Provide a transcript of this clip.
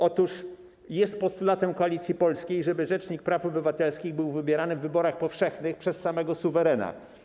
Otóż jest postulatem Koalicji Polskiej, żeby rzecznik praw obywatelskich był wybierany w wyborach powszechnych przez samego suwerena.